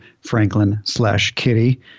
Franklin-slash-Kitty